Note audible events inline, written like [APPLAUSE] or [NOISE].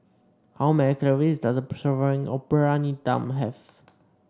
how many calories does a [UNINTELLIGIBLE] serving of Briyani Dum have